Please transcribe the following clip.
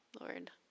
Lord